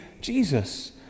Jesus